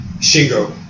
Shingo